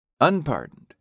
Unpardoned